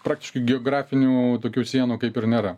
praktiškai geografinių tokių sienų kaip ir nėra